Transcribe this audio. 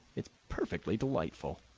it's perfectly delightful.